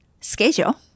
schedule